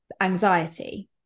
anxiety